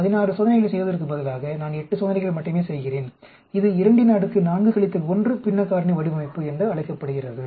16 சோதனைகளைச் செய்வதற்குப் பதிலாக நான் 8 சோதனைகளை மட்டுமே செய்கிறேன் இது 24 1 பின்ன காரணி வடிவமைப்பு என்று அழைக்கப்படுகிறது